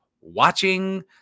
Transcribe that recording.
watching